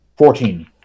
Fourteen